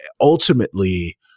ultimately